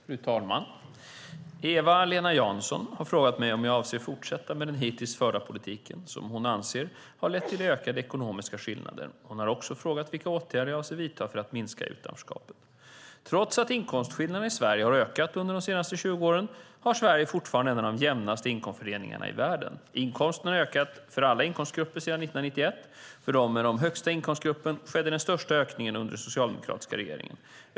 Fru talman! Eva-Lena Jansson har frågat mig om jag avser att fortsätta med den hittills förda politiken som hon anser har lett till ökade ekonomiska skillnader. Hon har också frågat vilka åtgärder jag avser att vidta för att minska utanförskapet. Trots att inkomstskillnaderna i Sverige har ökat under de senaste 20 åren har Sverige fortfarande en av de jämnaste inkomstfördelningarna i världen. Inkomsterna har ökat för alla inkomstgrupper sedan 1991. För dem i den högsta inkomstgruppen skedde den största ökningen under socialdemokratiska regeringar.